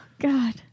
God